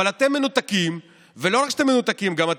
אבל אתם מנותקים, ולא רק שאתם מנותקים,